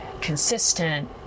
consistent